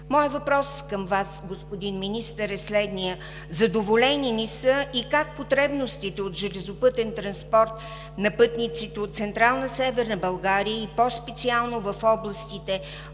Моят въпрос към Вас, господин Министър, е следният: задоволени ли са и как потребностите от железопътен транспорт на пътниците от Централна Северна България, и по-специално в областите